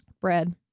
bread